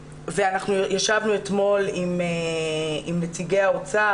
ישבנו אתמול עם נציגי האוצר,